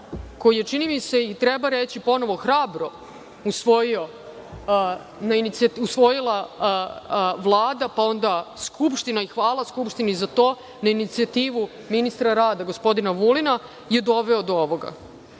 koji je, čini mi se, i treba reći ponovo, hrabro usvojila Vlada, pa onda Skupština i hvala Skupštini za to, na inicijativu ministra rada gospodina Vulina, je doveo do ovoga.